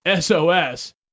sos